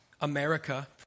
America